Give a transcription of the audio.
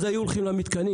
אז היו עוברים למתקנים.